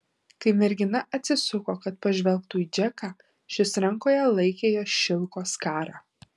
kai mergina atsisuko kad pažvelgtų į džeką šis rankoje laikė jos šilko skarą